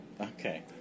Okay